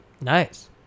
nice